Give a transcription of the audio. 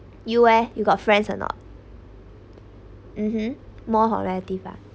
you eh you got friends or not mmhmm more hor relative lah